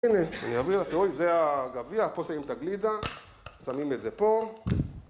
הנה, אני אביא לכם, אוי, אתם רואים, זה הגביע פה שמים את הגלידה, שמים את זה פה